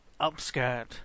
upskirt